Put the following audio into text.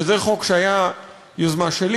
חוק שהיה יוזמה שלי.